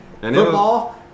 Football